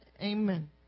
amen